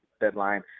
deadline